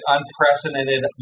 Unprecedented